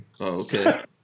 okay